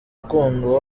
ukundwa